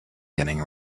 getting